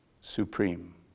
supreme